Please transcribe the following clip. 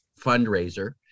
fundraiser